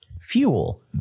fuel